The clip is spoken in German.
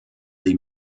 die